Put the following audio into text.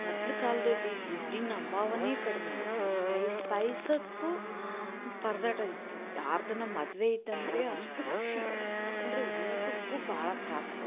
ಮೊದ್ಲ ಕಾಲದಲ್ಲಿ ದುಡ್ಡಿನ ಅಭಾವನೆ ಕಡಿಮೆ ಇತ್ತು ಪೈಸಾ ಪೈಸಾಕ್ಕು ಪರದಾಟ ಇತ್ತು ಯಾರದ್ದನ ಮದುವೆ ಇತ್ತಂದರೆ ಅಷ್ಟು ಖುಷಿ ಅಂದರೆ ಊಟಕ್ಕೂ ಭಾಳ ತ್ರಾಸ ಇತ್ತು